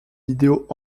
vidéos